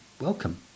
welcome